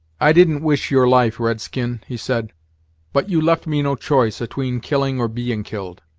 i didn't wish your life, red-skin, he said but you left me no choice atween killing or being killed.